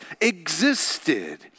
existed